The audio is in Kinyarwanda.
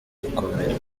gukomera